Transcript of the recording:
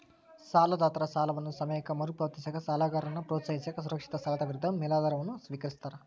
ಸಾಲದಾತರ ಸಾಲವನ್ನ ಸಮಯಕ್ಕ ಮರುಪಾವತಿಸಕ ಸಾಲಗಾರನ್ನ ಪ್ರೋತ್ಸಾಹಿಸಕ ಸುರಕ್ಷಿತ ಸಾಲದ ವಿರುದ್ಧ ಮೇಲಾಧಾರವನ್ನ ಸ್ವೇಕರಿಸ್ತಾರ